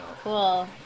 Cool